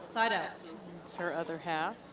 but it's her other half.